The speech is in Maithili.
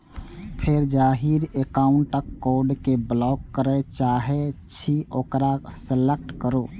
फेर जाहि एकाउंटक कार्ड कें ब्लॉक करय चाहे छी ओकरा सेलेक्ट करू